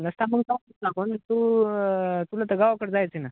नसता मग आता पण तू तुलातर गावकडं जायचं ना